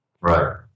Right